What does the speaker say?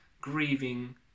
grieving